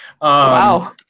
Wow